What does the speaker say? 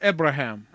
Abraham